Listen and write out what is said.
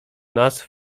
nas